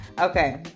Okay